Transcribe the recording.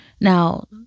Now